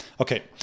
Okay